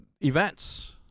events